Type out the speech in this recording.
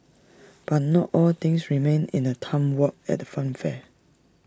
but not all things remain in A time warp at the funfair